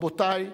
רבותי,